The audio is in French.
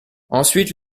ensuite